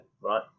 Right